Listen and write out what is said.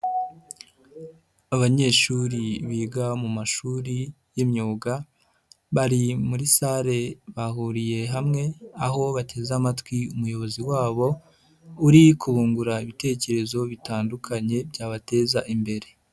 Abanyeshuri biga mu mashuri y'imyuga bari muri sale bahuriye hamwe aho bateze amatwi umuyobozi wabo, uri kungurana ibitekerezo bitandukanye byabateza imbere.